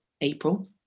April